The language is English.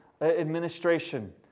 administration